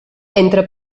entre